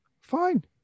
Fine